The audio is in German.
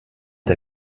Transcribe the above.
der